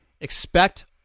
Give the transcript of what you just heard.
expect